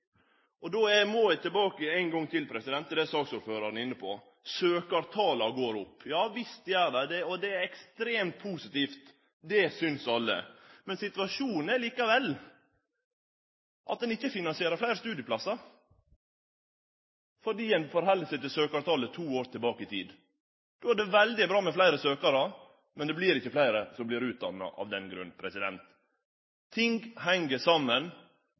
Då må eg tilbake ein gong til til det saksordføraren var inne på: Søkjartala går opp. Ja visst gjer dei det. Og det er ekstremt positivt, det synest alle. Men situasjonen er likevel at ein ikkje finansierer fleire studieplassar, fordi ein held seg til søkjartalet to år tilbake i tid. Då er det veldig bra med fleire søkjarar, men det vert ikkje fleire som vert utdanna av den grunn. Ting heng saman.